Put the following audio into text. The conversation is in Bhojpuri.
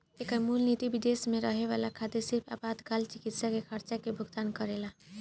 एकर मूल निति विदेश में रहे वाला खातिर सिर्फ आपातकाल चिकित्सा के खर्चा के भुगतान करेला